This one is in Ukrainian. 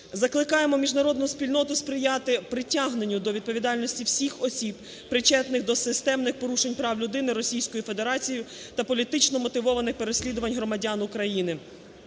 закликаємо міжнародну спільноту сприяти притягненню до відповідальності всіх осіб, причетних до системних порушень прав людини Російською Федерацією та політично вмотивованих переслідувань громадян України.